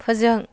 फोजों